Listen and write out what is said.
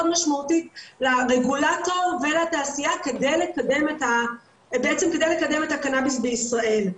משמעותית לרגולטור ולתעשייה כדי לקדם את הקנאביס בישראל.